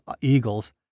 eagles